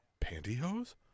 pantyhose